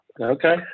Okay